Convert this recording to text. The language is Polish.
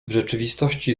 rzeczywistości